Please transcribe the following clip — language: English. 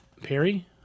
Perry